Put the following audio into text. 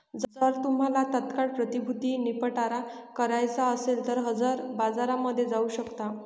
जर तुम्हाला तात्काळ प्रतिभूती निपटारा करायचा असेल तर हजर बाजारामध्ये जाऊ शकता